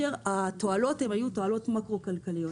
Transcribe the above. התועלות היו תועלות מאקרו כלכליות.